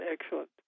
excellent